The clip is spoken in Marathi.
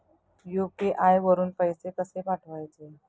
यु.पी.आय वरून पैसे कसे पाठवायचे?